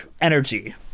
energy